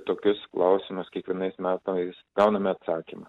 tokius klausimus kiekvienais metais gauname atsakymą